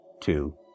Two